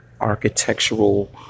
architectural